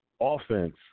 offense